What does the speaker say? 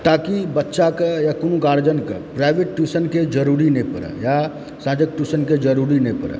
ताकि बच्चाकेँ या कोनो गार्जियनकेँ प्राइवेट ट्यूशनके जरुरी नहि पड़ै या साँझुक ट्यूशनके जरुरी नहि पड़ै